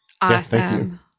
awesome